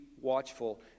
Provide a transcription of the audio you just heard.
watchful